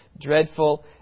dreadful